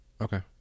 Okay